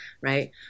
Right